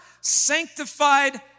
sanctified